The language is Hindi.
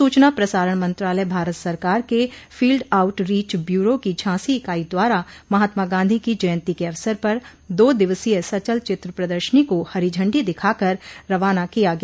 सूचना प्रसारण मंत्रालय भारत सरकार के फील्ड आउट रोच ब्यूरो की झांसी इकाई द्वारा महात्मा गांधी की जयंती के अवसर पर दो दिवसीय सचल चित्र प्रदर्शनी को हरी झंडी दिखाकर रवाना किया गया